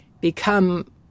become